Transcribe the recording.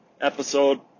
episode